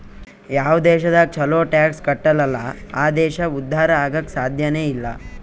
ಯಾವ್ ದೇಶದಾಗ್ ಛಲೋ ಟ್ಯಾಕ್ಸ್ ಕಟ್ಟಲ್ ಅಲ್ಲಾ ಆ ದೇಶ ಉದ್ಧಾರ ಆಗಾಕ್ ಸಾಧ್ಯನೇ ಇಲ್ಲ